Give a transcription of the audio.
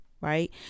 right